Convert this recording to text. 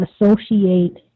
associate